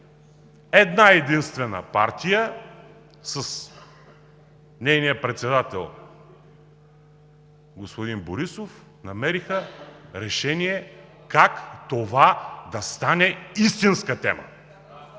една-единствена партия с нейния председател господин Борисов намериха решение как това да стане истинска тема